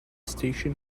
station